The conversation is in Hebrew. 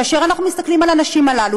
כאשר אנחנו מסתכלים על הנשים האלה,